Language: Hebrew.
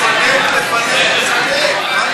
אדוני שר האוצר, אתה כל היום מפנק, מפנק, מפנק.